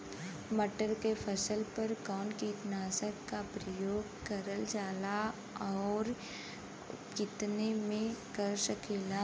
मटर के फसल पर कवन कीटनाशक क प्रयोग करल जाला और कितना में कर सकीला?